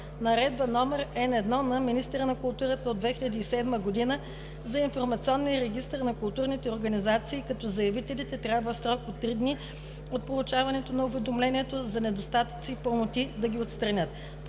Наредба № Н-1 на министъра на културата от 2007 г. за информационния регистър на културните организации, като заявителите трябва в срок от три дни от получаването на уведомлението за недостатъци и пълноти да ги отстранят.